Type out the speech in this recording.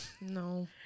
No